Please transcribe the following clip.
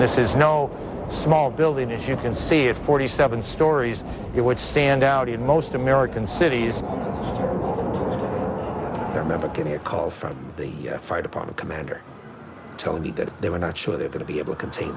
this is no small building if you can see it forty seven stories it would stand out in most american cities remember getting a call from the fire department commander telling me that they were not sure they're going to be able to contain